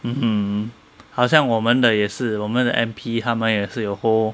mmhmm 好像我们的也是我们的 M_P 他们也是有 hold